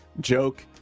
joke